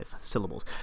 syllables